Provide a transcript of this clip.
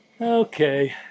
Okay